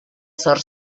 zor